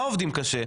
ולמה עובדים קשה?